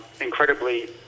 incredibly